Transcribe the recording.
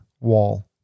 wall